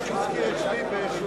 כי הוא הזכיר את שמי באיזה הקשר.